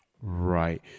Right